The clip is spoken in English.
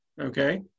Okay